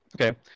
Okay